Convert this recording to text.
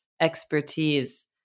expertise